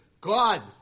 God